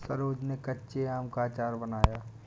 सरोज ने कच्चे आम का अचार बनाया